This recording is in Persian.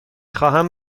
خواهم